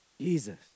Jesus